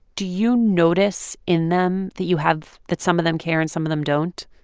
do you notice in them that you have that some of them care, and some of them don't?